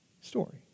story